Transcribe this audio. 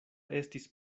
estis